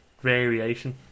variation